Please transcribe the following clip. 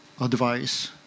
advice